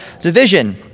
division